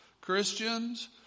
Christians